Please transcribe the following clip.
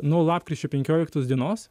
nuo lapkričio penkioliktos dienos